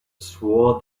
swore